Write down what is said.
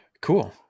Cool